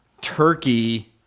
turkey